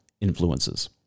influences